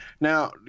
now